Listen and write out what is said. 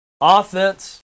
Offense